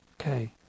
Okay